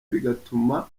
bigatuma